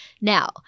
Now